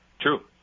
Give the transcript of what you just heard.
True